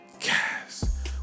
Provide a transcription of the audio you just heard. Yes